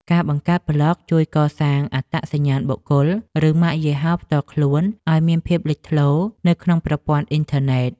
ការបង្កើតប្លក់ជួយកសាងអត្តសញ្ញាណបុគ្គល ឬម៉ាកយីហោផ្ទាល់ខ្លួនឱ្យមានភាពលេចធ្លោនៅក្នុងប្រព័ន្ធអ៊ីនធឺណិត។